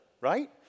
Right